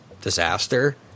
disaster